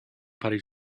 parry